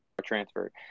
transferred